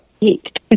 eat